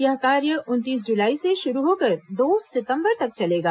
यह कार्य उनतीस जुलाई से शुरू होकर दो सितम्बर तक चलेगा